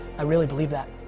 i really believe that,